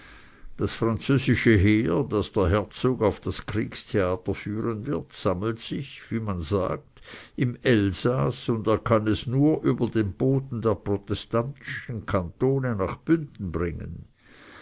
das französische heer das der herzog auf das kriegstheater führen wird sammelt sich sagt man im elsaß und er kann es nur über den boden der protestantischen kantone nach bünden bringen